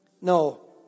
no